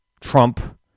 Trump